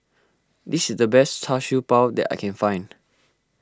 this is the best Char Siew Bao that I can find